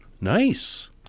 Nice